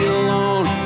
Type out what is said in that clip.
alone